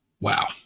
Wow